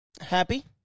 Happy